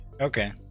okay